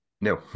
no